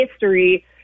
history –